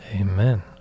Amen